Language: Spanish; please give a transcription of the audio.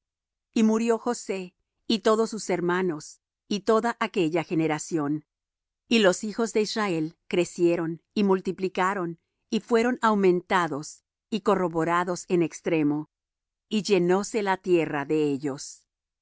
y murió josé y todos sus hermanos y toda aquella generación y los hijos de israel crecieron y multiplicaron y fueron aumentados y corroborados en extremo y llenóse la tierra de ellos